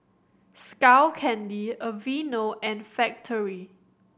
Skull Candy Aveeno and Factorie